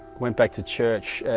went back to church